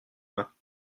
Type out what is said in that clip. mains